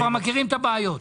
אנחנו מכירים את הבעיות.